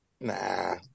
nah